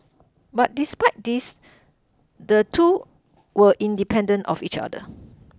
but despite this the two were independent of each other